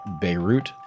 Beirut